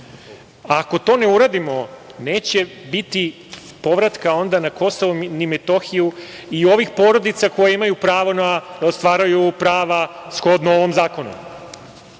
Ako to ne uradimo, neće biti povratka onda na KiM i ovih porodica koje imaju pravo da ostvaruju prava shodno ovom zakonu. Dakle,